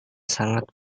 sangat